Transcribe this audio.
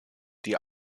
die